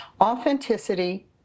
Authenticity